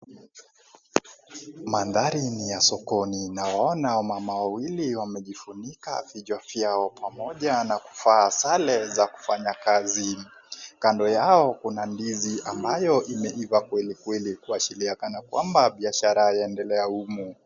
Maanthari ni ya sokoni, nawaona wamama wawili wamejifunika vichwa vyao, pamoja na kuvaa sare za kufanya kazi. Kando yao kuna ndizi ambayo imeiva kwelikweli kuashiria kana kwamba biashara yaendelea humu.